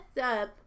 up